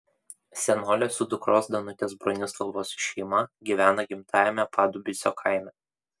senolė su dukros danutės bronislavos šeima gyvena gimtajame padubysio kaime